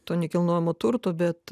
to nekilnojamo turto bet